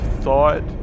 thought